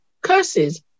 curses